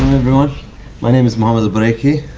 everyone my name is mohammed albauraiki.